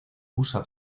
usa